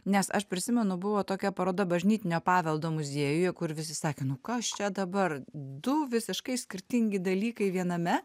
nes aš prisimenu buvo tokia paroda bažnytinio paveldo muziejuje kur visi sakė nu kas čia dabar du visiškai skirtingi dalykai viename